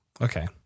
Okay